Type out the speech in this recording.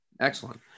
Excellent